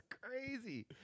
crazy